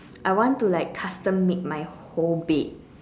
I want to like custom make my whole bed